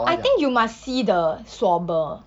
I think you must see the swabber